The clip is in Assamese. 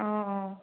অ অ